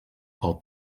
pel